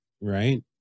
right